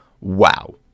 wow